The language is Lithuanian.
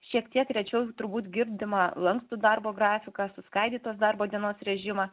šiek tiek rečiau turbūt girdimą lankstų darbo grafiką suskaidytos darbo dienos režimą